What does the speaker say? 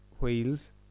Wheels